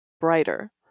brighter